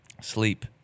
sleep